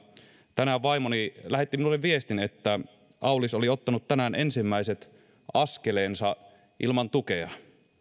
tänään vaimoni lähetti minulle viestin että aulis oli ottanut tänään ensimmäiset askelensa ilman tukea